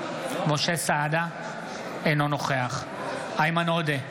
אינו נוכח איימן עודה,